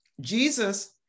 Jesus